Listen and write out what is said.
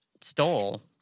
stole